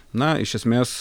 na iš esmės